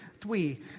three